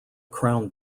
crown